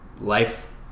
life